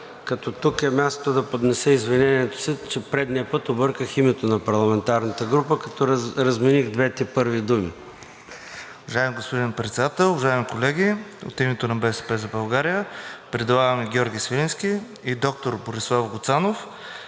Като тук е мястото да поднеса извинението си, че предния път обърках името на парламентарната група, като размених двете първи думи.